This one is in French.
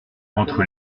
entre